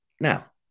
Now